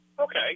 okay